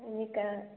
नीक